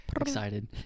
excited